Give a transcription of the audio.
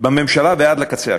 הממשלה ועד לקצה השני.